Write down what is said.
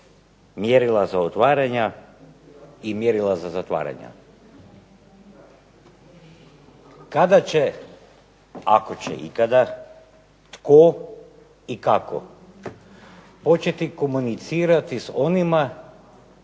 mjerila za otvaranja i mjerila za zatvaranja. Kada će, ako će ikada, tko i kako početi komunicirati s onima